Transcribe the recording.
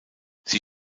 sie